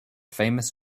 famous